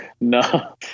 no